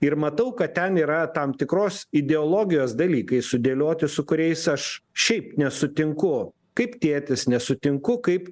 ir matau kad ten yra tam tikros ideologijos dalykai sudėlioti su kuriais aš šiaip nesutinku kaip tėtis nesutinku kaip